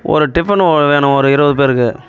ஒரு டிஃபன் ஒ வேணும் ஒரு இருபது பேருக்கு